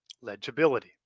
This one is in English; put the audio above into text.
legibility